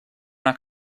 una